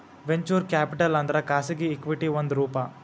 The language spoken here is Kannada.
ವೆಂಚೂರ್ ಕ್ಯಾಪಿಟಲ್ ಅಂದ್ರ ಖಾಸಗಿ ಇಕ್ವಿಟಿ ಒಂದ್ ರೂಪ